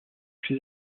plus